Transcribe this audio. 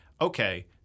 okay